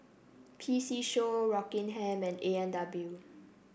P C Show Rockingham and A and W